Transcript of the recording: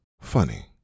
Funny